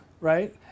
right